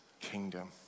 kingdom